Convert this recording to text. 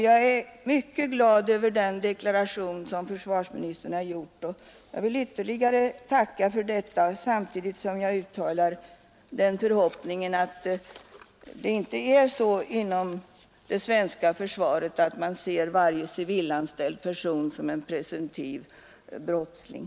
Jag är mycket glad över den deklaration som försvarsministern har gjort och vill ytterligare tacka för denna samtidigt som jag uttalar den förhoppningen att det inte är så inom det svenska försvaret att man ser varje civilanställd person som en presumtiv brottsling.